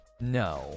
no